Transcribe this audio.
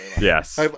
Yes